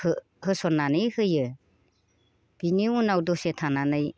होसननानै होयो बेनि उनाव दसे थानानै